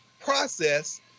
process